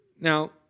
Now